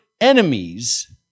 enemies